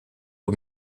aux